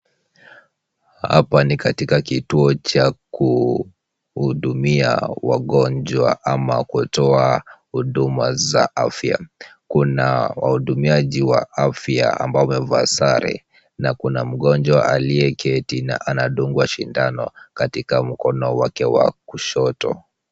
Hapa ni katika kituo cha kuhudumia wagonjwa ama kutoa huduma za afya. Kuna wahudumiaji wa afya ambao wamevaa sare na kuna mgonjwa aliyeketi na anadungwa sindano katika mkono wake wa kushoto.